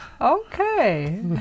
okay